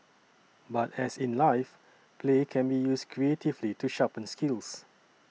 but as in life play can be used creatively to sharpen skills